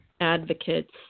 advocates